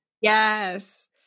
Yes